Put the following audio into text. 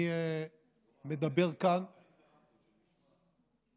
אני מדבר כאן